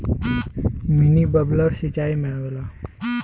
mini bubbler सिचाई में आवेला